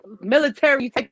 military